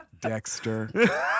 Dexter